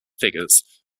figures